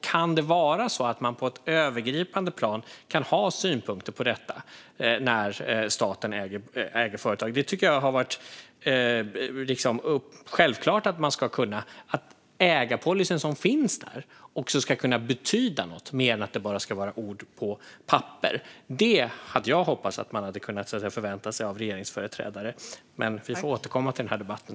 Kan det vara så att man på ett övergripande plan kan ha synpunkter när staten äger företag? Det tycker jag är självklart. Ägarpolicyn ska också betyda något, mer än att vara ord på papper. Det hoppades jag av en regeringsföreträdare. Men vi får återkomma till debatten.